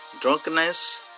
drunkenness